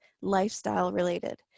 lifestyle-related